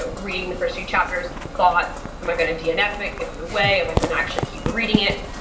reading the first few chapters, thoughts, am i gonna dnf, it give it away? am i gonna actually keep reading it?